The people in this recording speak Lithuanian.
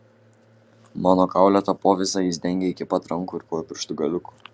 mano kaulėtą povyzą jis dengė iki pat rankų ir kojų pirštų galiukų